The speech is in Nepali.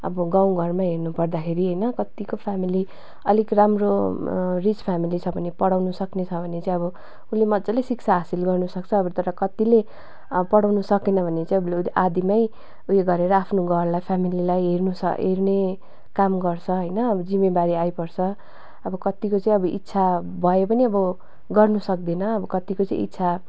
अब गाउँघरमा हेर्नुपर्दाखेरि होइन कत्तिको फ्यामिली अलिक राम्रो रिच फ्यामिली छ भने पढाउनुसक्ने छ भने चाहिँ अब उसले मजाले शिक्षा हासिल गर्नुसक्छ अब तर कत्तिले पढाउनु सकेन भने चाहिँ आधीमै उयो गरेर आफ्नो घरलाई फ्यामिलीलाई हेर्नु स हेर्ने काम गर्छ होइन अब जिम्मेवारी आइपर्छ अब कत्तिको चाहिँ अब इच्छा भए पनि अब गर्नु सक्दैन अब कत्तिको चाहिँ इच्छा